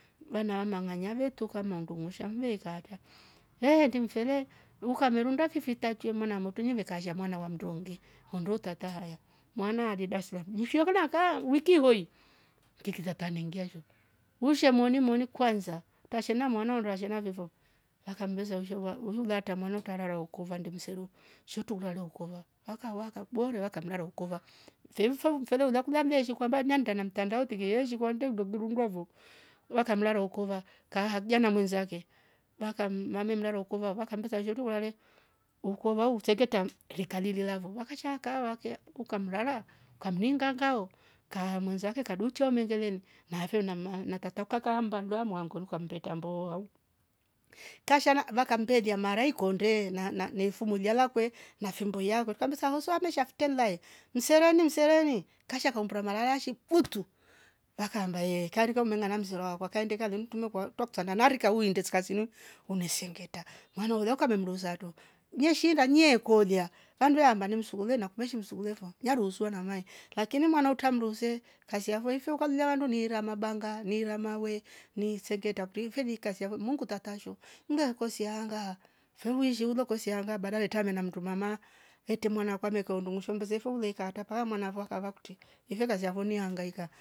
Vana manganyave tuka maundungsuha mvei kata hehe ti mfere ukamerunda fifi tachwe mwana motu nyenge kashazia mwana wam ndonge hundu tata haya mwana ale daslamu jifyo kona ka wiki weyu kikira taningia sho ushe moni moni kwanza utashena mwana undwa shena vivo lakam mbeza ushwavo ushulata mwana utarara raukova ndimseru shetu ulare lukolwa wakawaka bore wakamraro kova fimfeu mfela ulaku lambishia kwambania nda mtandao tiki yeshigwande ndugi rungwavo awa kamlara wokova kahajia na mwenzakae wakam mame mlale hokova ho wakambashetu lale ukova wu sengeta rekariri lavo wakasha kawakia ukamrara ukamningao ka mwenzake kaduchia umengelereni nave nama na tata ukakamba dua mwangolurka mbe tambo au, kashana vakambe lia marai konde na- na- nanefumulia kwe na fimbo yakwe kabisa hoswa mesha ftelai msereni mseleni kashaka kaumbra mararashi utu vakamba ye karika umenga na msirwa wakaende kalim mtu nuuwa kwa k twakusanan na rike wuinde skazini une sengeta mwana uliaka amdoza to nyeshinda nyekolia kandu yamba ne msungule na mkumeshi msugulevo nyaru swa na mayi lakini mwana utaruze kazi ya fo ifo ukalia wandu nira mabanga, nira mawe ni sengeta takurui feje kazia vo mungu tatasho ngakosia hanga fwemishi ulo kosia nga badalete namtuma ma hete mwana kwame ka undungusha mbeze fuule kata pa mawana vo vakakuti ive kazia vo niangaika